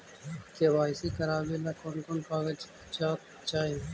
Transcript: KYC करावे ले कोन कोन कागजात चाही?